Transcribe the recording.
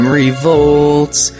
revolts